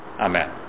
Amen